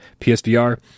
psvr